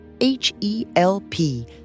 H-E-L-P